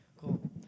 Cool